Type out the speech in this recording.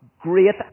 Great